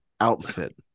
outfit